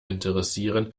interessieren